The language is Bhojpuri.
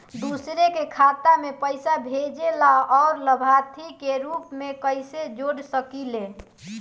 दूसरे के खाता में पइसा भेजेला और लभार्थी के रूप में कइसे जोड़ सकिले?